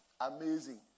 Amazing